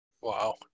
Wow